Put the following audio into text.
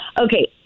Okay